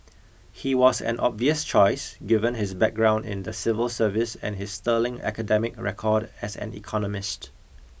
he was an obvious choice given his background in the civil service and his sterling academic record as an economist